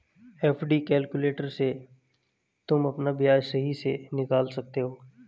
FD calculator से तुम अपना ब्याज सही से निकाल सकते हो